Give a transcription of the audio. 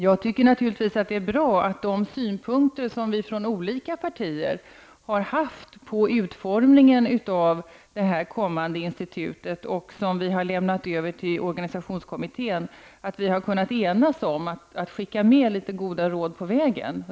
Det är naturligtvis bra att vi i våra synpunkter, som vi från olika partier har haft när det gäller utformningen av det kommande institutet och som vi har lämnat över till organisationskommittén, har kunnat enats om att skicka med några goda råd på vägen.